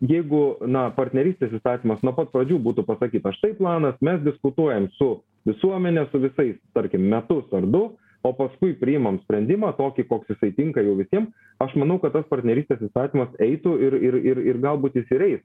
jeigu na partnerystės įstatymas nuo pat pradžių būtų pasakyta štai planas mes diskutuojam su visuomene su visais tarkim metus ar du o paskui priimam sprendimą tokį koks jisai tinka jau visiem aš manau kad tas partnerystės įstatymas eitų ir ir ir ir galbūt jis ir eis